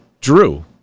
Drew